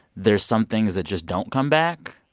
there's some things that just don't come back.